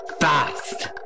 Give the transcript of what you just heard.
fast